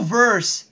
verse